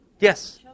Yes